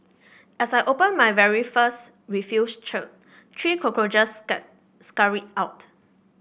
as I opened my very first refuse chute three cockroaches scurried out